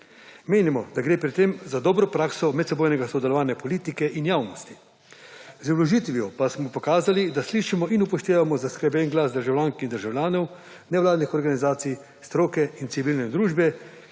Menimo, da gre pri tem za dobro prakso medsebojnega sodelovanja politike in javnosti. Z vložitvijo smo pokazali, da slišimo in upoštevamo zaskrbljen glas državljank in državljanov, nevladnih organizacij, stroke in civilne družbe,